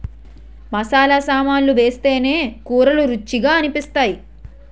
మసాలా సామాన్లు వేస్తేనే కూరలు రుచిగా అనిపిస్తాయి